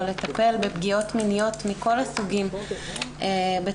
לטפל בפניות מיניות מכל הסוגים בתוכו